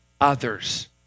others